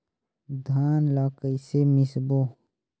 धान ला कइसे मिसबो?